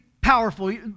powerful